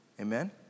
amen